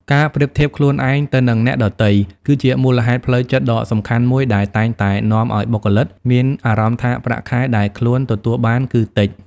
ការប្រៀបធៀបខ្លួនឯងទៅនឹងអ្នកដទៃ គឺជាមូលហេតុផ្លូវចិត្តដ៏សំខាន់មួយដែលតែងតែនាំឲ្យបុគ្គលិកមានអារម្មណ៍ថាប្រាក់ខែដែលខ្លួនទទួលបានគឺតិច។